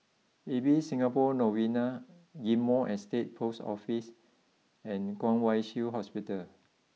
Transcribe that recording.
Ibis Singapore Novena Ghim Moh Estate post Office and Kwong Wai Shiu Hospital